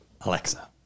Alexa